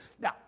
Now